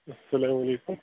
اَسلام علیکُم